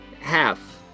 half